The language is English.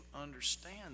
understand